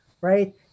right